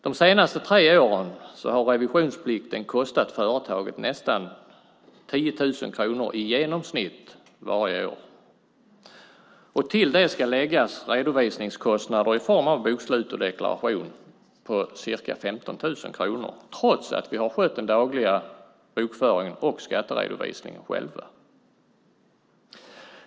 De senaste tre åren har revisionsplikten kostat företaget nästan 10 000 kronor i genomsnitt varje år. Till detta ska läggas redovisningskostnader i form av bokslut och deklaration på ca 15 000 kronor, trots att vi har skött den dagliga bokföringen och skatteredovisningen själva.